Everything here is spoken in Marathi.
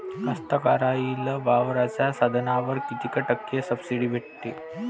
कास्तकाराइले वावराच्या साधनावर कीती टक्के सब्सिडी भेटते?